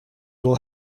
will